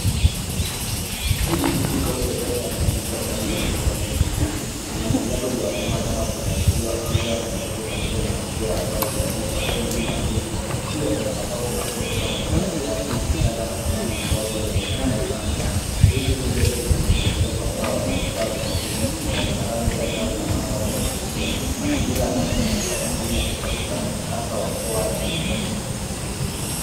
Hii ni duka au sehemu ya maonyesho ya kazi za mikono za kiafrika, kuna vinyago vya wanyama kama pundamilia, twiga na ndege pamoja na mashua ya mbao ilioandikwa MVA Malindi. Pia kuna mapambo madogo kama nyumba ya jadi, changa na sanamu dogo za wanadamu na wanyama. Vitu hivi vyote vimetengenezwa kwa mbao na vifaa vya asili na vina rangi angavu na mapambo ya kuvutia mazingira yanaonyesha utamaduni wa kiafrika hasa wa pwani.